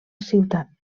ciutat